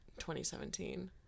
2017